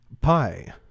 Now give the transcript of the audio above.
pi